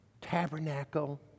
tabernacle